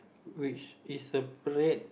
which is a red